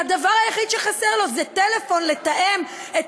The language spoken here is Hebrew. והדבר היחיד שחסר לו זה טלפון לתאם את